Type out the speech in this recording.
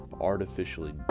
artificially